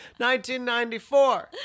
1994